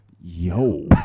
Yo